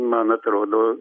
man atrodo